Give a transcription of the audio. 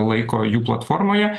laiko jų platformoje